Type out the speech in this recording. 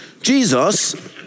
Jesus